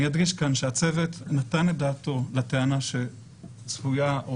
אני אדגיש כאן שהצוות נתן את דעתו לטענה שצפויה או